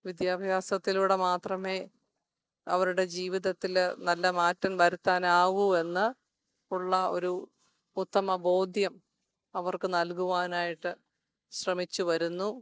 വിദ്യാഭ്യാസത്തിലൂടെ മാത്രമേ അവരുടെ ജീവിതത്തിൽ നല്ല മാറ്റം വരുത്താൻ ആകൂ എന്ന് ഉള്ള ഒരു ഉത്തമ ബോധ്യം അവർക്ക് നൽകുവാനായിട്ട് ശ്രമിച്ചു വരുന്നു